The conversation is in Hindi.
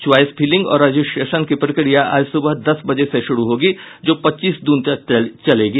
च्वाईस फिलिंग और रजिस्ट्रेशन की प्रक्रिया आज सुबह दस बजे से शुरू होगी जो पच्चीस जून तक चलेगी